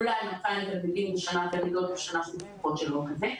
אולי 200 תלמידות בשנה ש- -- שאלון כזה,